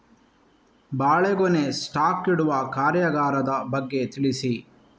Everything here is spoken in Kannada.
ಬಾಳೆಗೊನೆ ಸ್ಟಾಕ್ ಇಡುವ ಕಾರ್ಯಗಾರದ ಬಗ್ಗೆ ತಿಳಿಸಿ